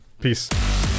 Peace